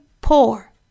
poor